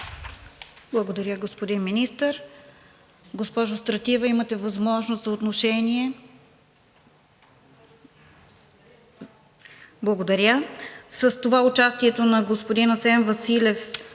Благодаря, господин Министър. Госпожо Стратиева, имате възможност за отношение. Не. Благодаря. С това участието на господин Асен Василев